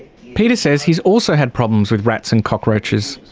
peter says he's also had problems with rats and cockroaches.